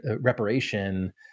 reparation